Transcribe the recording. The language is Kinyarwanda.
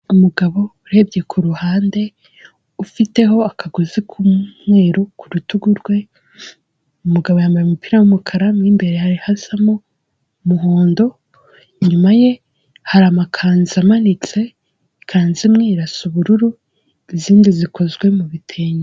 Umugabo urebye ku ruhande ufiteho akagozi k'umweru ku rutugu rwe, umugabo yambaye umupira w'umukara mu imbere hari hasamo umuhondo, inyuma ye hari amakanzu amanitse, ikanzu imwe irasa ubururu izindi zikozwe mu bitenge.